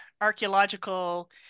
archaeological